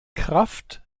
kraft